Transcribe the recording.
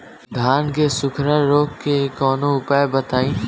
धान के सुखड़ा रोग के कौनोउपाय बताई?